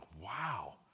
wow